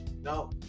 No